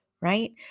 right